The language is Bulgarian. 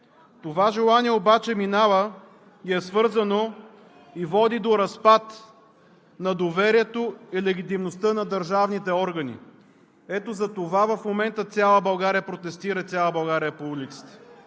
Това желание обаче минава и е свързано, и води до разпад на доверието и легитимността на държавните органи. Ето затова в момента цяла България протестира и цяла България е по улиците.